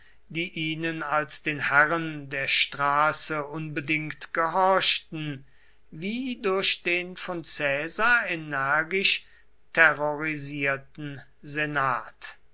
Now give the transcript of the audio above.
die ihnen als den herren der straße unbedingt gehorchten wie durch den von caesar energisch terrorisierten senat